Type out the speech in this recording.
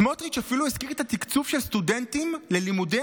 סמוטריץ' אפילו הזכיר את התקצוב של הסטודנטים ל"לימודי